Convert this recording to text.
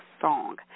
song